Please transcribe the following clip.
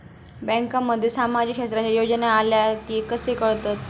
बँकांमध्ये सामाजिक क्षेत्रांच्या योजना आल्या की कसे कळतत?